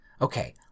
Okay